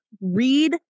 read